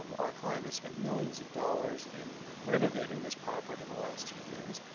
um our client has spent millions of dollars in renovating this property in the last two years,